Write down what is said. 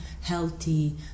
healthy